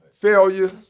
failure